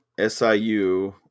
SIU